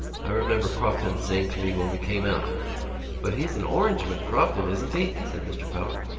i remember crofton saying to me when we came out but he's an orangeman, crofton, isn't he? said mr. power.